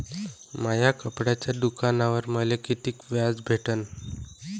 माया कपड्याच्या दुकानावर मले कितीक व्याज भेटन?